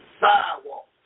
sidewalk